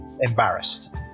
embarrassed